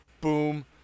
boom